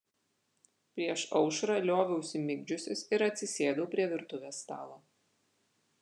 prieš aušrą lioviausi migdžiusis ir atsisėdau prie virtuvės stalo